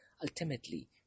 Ultimately